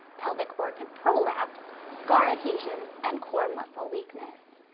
pelvic organ prolapse, scar occasions, and core muscle weakness.